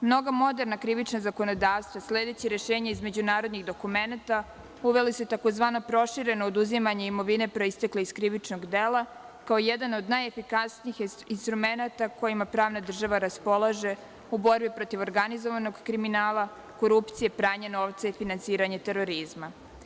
Mnoga moderna krivična zakonodavstva, sledeći rešenja iz međunarodnih dokumenata, uvela su i tzv. prošireno oduzimanje imovine proistekle iz krivičnog dela kao jedan od najefikasnijih instrumenata kojima pravna država raspolaže u borbi protiv organizovanog kriminala, korupcije, pranja novca i finansiranja terorizma.